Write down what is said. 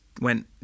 went